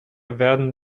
werden